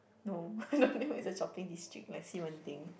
no Dongdaemun is a shopping district like Xi-Men-Ding